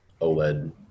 oled